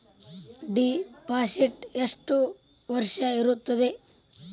Deposit ಎಷ್ಟು ವರ್ಷ ಇರುತ್ತದೆ?